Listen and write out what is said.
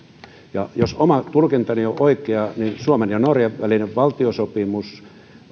ja jos oma tulkintani on oikea suomen ja norjan välinen valtiosopimus